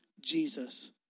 Jesus